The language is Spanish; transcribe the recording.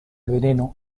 veneno